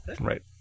Right